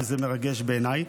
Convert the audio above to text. זה מרגש בעיניי.